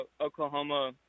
Oklahoma